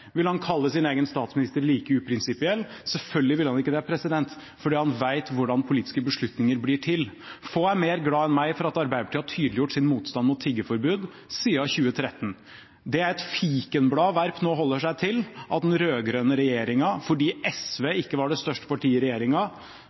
Vil han kalle sin egen statsminister like uprinsipiell? Selvfølgelig vil han ikke det, for han vet hvordan politiske beslutninger blir til. Få er mer glad enn meg for at Arbeiderpartiet har tydeliggjort sin motstand mot tiggeforbud siden 2013. Det er et fikenblad Werp nå klamrer seg til, at den rød-grønne regjeringa – fordi SV ikke var det største partiet i regjeringa